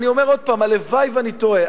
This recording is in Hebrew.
אני אומר עוד פעם, הלוואי שאני טועה.